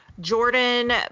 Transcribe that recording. Jordan